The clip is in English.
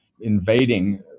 invading